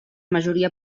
majoria